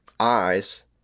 eyes